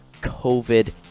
COVID